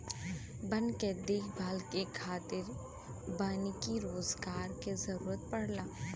वन के देखभाल करे खातिर वानिकी रोजगार के जरुरत पड़ला